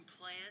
plan